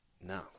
No